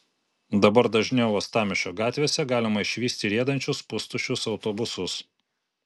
dabar dažniau uostamiesčio gatvėse galima išvysti riedančius pustuščius autobusus